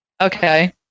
Okay